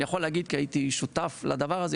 ואני יכול להגיד כי הייתי שותף לדבר הזה,